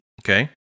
Okay